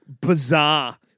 Bizarre